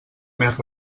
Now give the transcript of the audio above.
més